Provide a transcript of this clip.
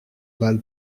bal